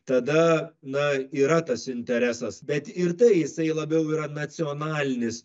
tada na yra tas interesas bet ir tai jisai labiau yra nacionalinis